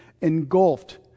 engulfed